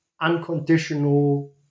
unconditional